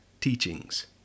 teachings